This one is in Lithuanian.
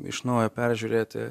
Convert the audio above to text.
iš naujo peržiūrėti